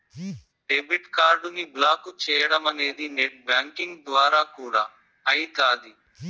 debit కార్డుని block చేయడమనేది net banking ద్వారా కూడా అయితాది